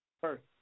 First